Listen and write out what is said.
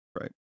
Right